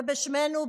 זה בשמנו,